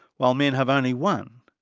while men have only one.